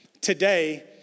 Today